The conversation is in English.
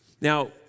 Now